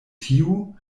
tiu